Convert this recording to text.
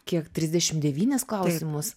kiek trisdešim devynis klausimus